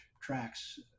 tracks